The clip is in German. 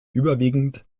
überwiegend